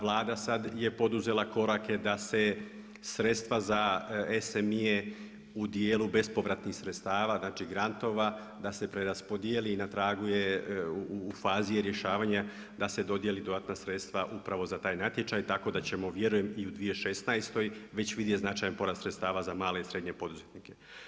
Vlada je sada poduzela korake da se sredstva za ESM-i u dijelu bespovratnih sredstava znači grantova da se preraspodijeli i na tragu je u fazi je rješavanja da se dodijeli dodatna sredstva upravo za taj natječaj tako da ćemo vjerujem i u 2016. već vidjeti značajan porast sredstava za male i srednje poduzetnike.